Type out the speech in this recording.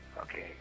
okay